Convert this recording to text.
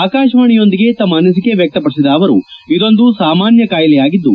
ಆಕಾಶವಾಣಿಯೊಂದಿಗೆ ತಮ್ನ ಅನಿಸಿಕೆ ವ್ಯಕ್ತಪಡಿಸಿದ ಅವರು ಇದೊಂದು ಸಾಮಾನ್ಯ ಕಾಯಿಲೆಯಾಗಿದ್ದು